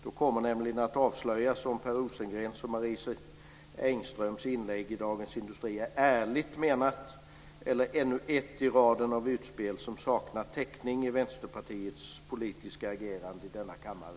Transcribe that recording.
Då kommer det nämligen att avslöjas om Per Rosengrens och Marie Engströms inlägg i Dagens Industri är ärligt menat eller ännu ett i raden av utspel som saknar täckning i Vänsterpartiets politiska agerande i denna kammare.